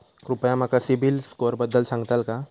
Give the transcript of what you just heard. कृपया माका सिबिल स्कोअरबद्दल सांगताल का?